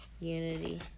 Unity